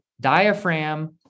diaphragm